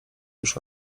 już